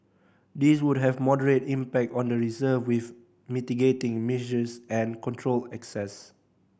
these would have moderate impact on the reserve with mitigating measures and controlled access